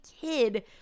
kid